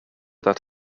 that